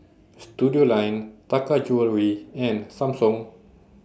Studioline Taka Jewelry and Samsung